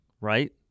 Right